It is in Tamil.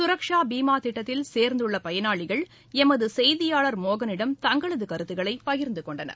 சுரக்ஷா பீமா திட்டத்தில் சேர்ந்துள்ள பயனாளிகள் எமது செய்தியாளர் மோகனிடம் தங்களது கருத்துக்களை பகிர்ந்து கொண்டனர்